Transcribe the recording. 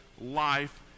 life